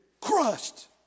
crushed